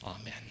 Amen